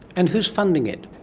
and who is funding it?